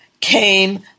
came